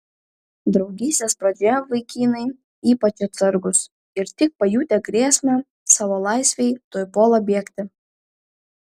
draugystės pradžioje vaikinai ypač atsargūs ir tik pajutę grėsmę savo laisvei tuoj puola bėgti